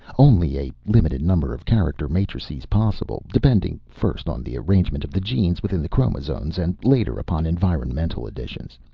only a limited number of character matrices possible, depending first on the arrangement of the genes within the chromosomes, and later upon environmental additions.